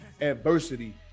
adversity